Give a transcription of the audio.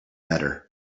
better